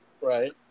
Right